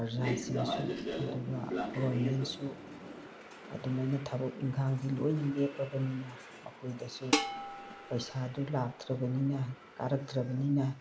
ꯄ꯭ꯔꯖꯥꯁꯤꯡꯁꯨ ꯑꯗꯨꯒ ꯒꯣꯕꯔꯃꯦꯟꯁꯨ ꯑꯗꯨꯃꯥꯏꯅ ꯊꯕꯛ ꯏꯟꯈꯥꯡꯗꯤ ꯂꯣꯏꯅ ꯂꯦꯞꯂꯕꯅꯤꯅ ꯃꯈꯣꯏꯗꯁꯨ ꯄꯩꯁꯥꯗꯨ ꯂꯥꯛꯇ꯭ꯔꯕꯅꯤꯅ ꯀꯥꯔꯛꯇ꯭ꯔꯕꯅꯤꯅ